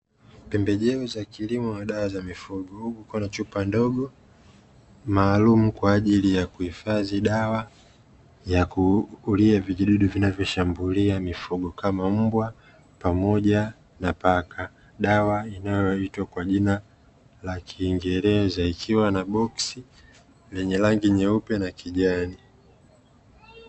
Pembejeo za kilimo na dawa za mifugo kukiwa na chupa ndogo maalumu kwa ajili ya kuhifadhi dawa ya kuulia vijidudu vinavyoshambulia mifugo kama mbwa pamoja na paka. Dawa inayoitwa kwa jina la kiingereza ikiwa na boksi lenye rangi nyeupe na kijani.